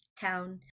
town